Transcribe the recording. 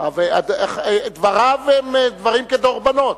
דבריו הם דברים כדרבנות.